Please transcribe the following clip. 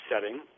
setting